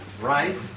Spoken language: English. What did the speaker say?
right